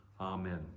amen